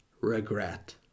regret